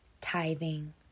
tithing